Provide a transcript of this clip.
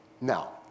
Now